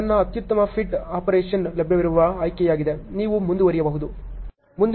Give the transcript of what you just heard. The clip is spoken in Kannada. ನನ್ನ ಅತ್ಯುತ್ತಮ ಫಿಟ್ ಆಪರೇಷನ್ ಲಭ್ಯವಿರುವ ಆಯ್ಕೆಯಾಗಿದೆ ನೀವು ಮುಂದುವರಿಯಬಹುದು